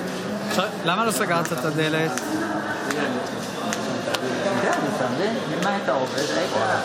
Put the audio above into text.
כי יש לו ספר על גז, אנחנו נישאר עד הבוקר.